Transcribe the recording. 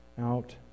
out